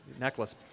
necklace